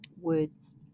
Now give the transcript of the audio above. words